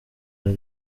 hari